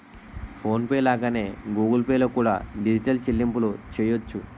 phone pay లాగానే Google Pay లో కూడా డిజిటల్ చెల్లింపులు చెయ్యొచ్చు